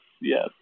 yes